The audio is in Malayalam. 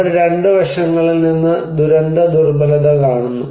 അവർ 2 വശങ്ങളിൽ നിന്ന് ദുരന്തദുർബലത കാണുന്നു